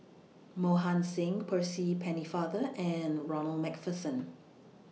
Mohan Singh Percy Pennefather and Ronald MacPherson